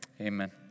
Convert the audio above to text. Amen